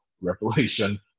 revelation